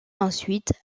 ensuite